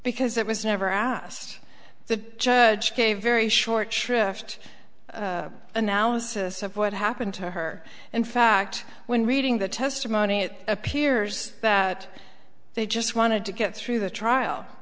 because that was never asked the judge gave very short shrift analysis of what happened to her in fact when reading the testimony it appears that they just wanted to get through the trial